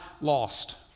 lost